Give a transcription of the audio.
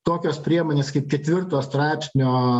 tokios priemonės kaip ketvirto straipsnio